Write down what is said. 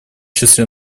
числе